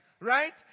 Right